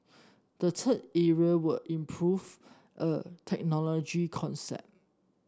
the third area were improve a technology concept